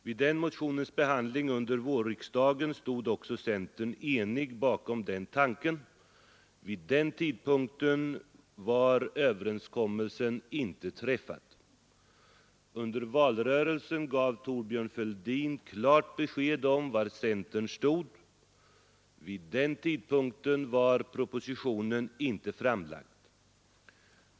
Vid motionens behandling under vårriksdagen stod också centern enig bakom den tanken. Vid den tidpunkten var överenskommelsen inte träffad. Under valrörelsen gav Thorbjörn Fälldin klart besked om var centern stod — vid den tidpunkten var propositionen inte framlagd.